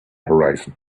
horizon